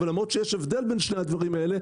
ולמרות שיש הבדל בין שני הדברים האלה,